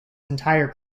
entire